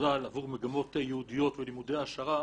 בכלל עבור מגמות יעודיות ולימודי העשרה,